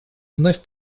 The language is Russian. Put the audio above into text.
вновь